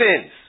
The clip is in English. sins